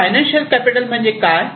financial capital म्हणजे काय